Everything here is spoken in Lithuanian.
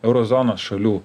euro zonos šalių